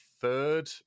third